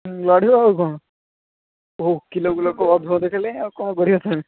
ଲଢ଼ିବ ଆଉ କ'ଣ ଓକିଲକୁ ଲୋକ ବନ୍ଧୁକ ଦେଖାଇଲେଣି ଆଉ କ'ଣ କରିବା ତା'ହେଲେ